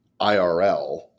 IRL